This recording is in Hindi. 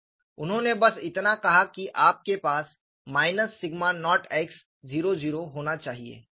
उन्होंने बस इतना कहा कि आपके पास माइनस सिग्मा नॉट x 0 0 होना चाहिए